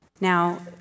Now